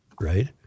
right